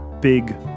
big